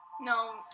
No